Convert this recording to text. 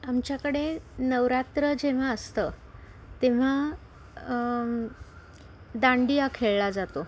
आमच्याकडे नवरात्र जेव्हा असतं तेव्हा दांडिया खेळला जातो